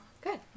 Good